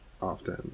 often